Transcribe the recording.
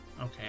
Okay